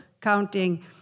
counting